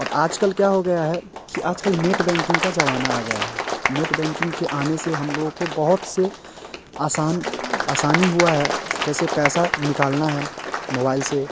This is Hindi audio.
और आज कल क्या हो गया है कि आज कल नेट बैंकिंग का ज़माना आ गया है नेट बैंकिंग के आने से हम लोगों को बहुत सी आसान आसानी हुई है जैसे पैसा निकालना है मोबाइल से